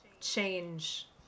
change